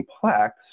complex